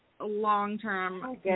long-term